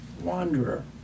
wanderer